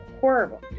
horrible